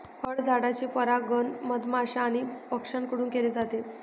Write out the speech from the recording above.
फळझाडांचे परागण मधमाश्या आणि पक्ष्यांकडून केले जाते